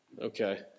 Okay